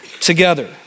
together